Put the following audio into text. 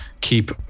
keep